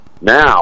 Now